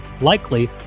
Likely